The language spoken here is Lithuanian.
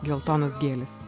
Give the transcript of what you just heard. geltonos gėlės